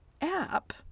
app